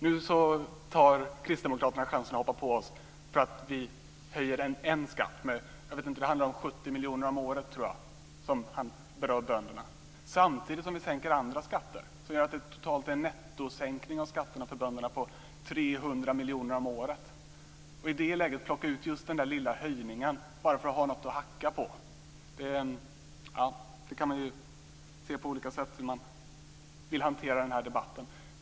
Nu tar kristdemokraterna chansen att hoppa på oss för att vi höjer en skatt - jag tror att det handlar om 70 miljoner om året som berör bönderna - samtidigt som vi sänker andra skatter, vilket gör att det totalt blir en nettosänkning av skatterna för bönderna på 300 miljoner om året. I det läget plockar man ut just den lilla höjningen, bara för att ha något att hacka på. Man kan förstås se på olika sätt på hur man vill hantera den här debatten.